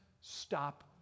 stop